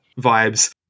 vibes